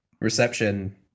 reception